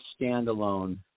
standalone